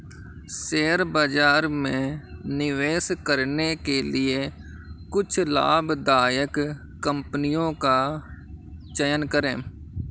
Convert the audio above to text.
share बाजार में निवेश करने के लिए कुछ लाभदायक कंपनियों का चयन करें